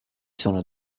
sono